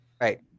Right